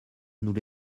nous